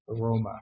aroma